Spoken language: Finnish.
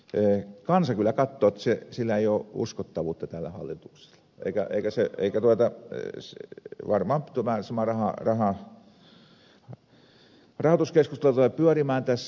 mutta kansa kyllä katsoo että ei ole uskottavuutta tällä hallituksella ja varmaan sama rahoituskeskustelu tulee pyörimään tässä